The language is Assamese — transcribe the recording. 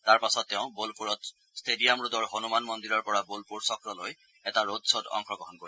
তাৰ পাছত তেওঁ বোলপুৰত ট্টেডিয়াম ৰোডৰ হনুমান মদ্দিৰৰ পৰা বোলপুৰ চক্ৰলৈ এটা ৰোড খত অংশগ্ৰহণ কৰিব